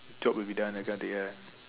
job will be done that kind of thing ya